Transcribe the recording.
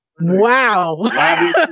wow